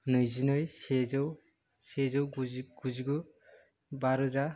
नैजिनै सेजौ सेजौ गुजि गुजिगु बारोजा